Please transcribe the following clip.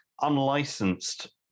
unlicensed